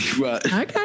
Okay